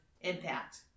impact